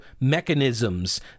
mechanisms